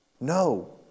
No